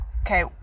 Okay